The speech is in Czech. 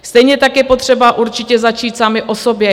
Stejně tak je potřeba určitě začít sami u sebe.